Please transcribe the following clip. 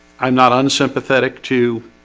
i'm not unsympathetic to